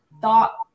thought